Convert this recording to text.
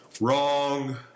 Wrong